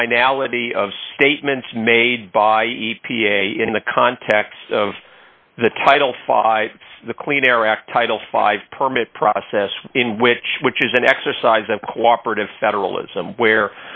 finality of statements made by e p a in the context of the title five the clean air act title five permit process in which which is an exercise of cooperative federalism where